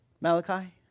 Malachi